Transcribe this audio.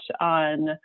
on